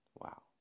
Wow